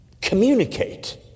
communicate